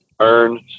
earn